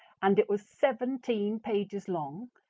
and it was seventeen pages long,